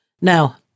Now